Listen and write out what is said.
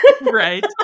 right